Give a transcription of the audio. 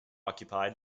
occupied